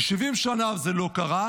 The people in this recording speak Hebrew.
כי 70 שנה זה לא קרה,